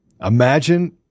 Imagine